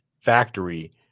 factory